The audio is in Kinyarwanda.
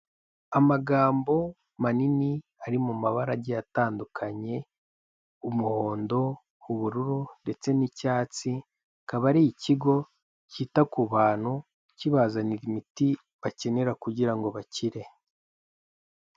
Amagambo manini ari mu mabara agiye atandukanye umuhondo, ubururu ndetse n'icyatsi, akaba ari ikigo cyita ku bantu kibazanira imiti bakenera kugira ngo bakire.